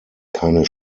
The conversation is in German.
keine